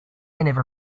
never